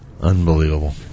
Unbelievable